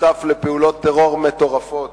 שותף לפעולות טרור מטורפות.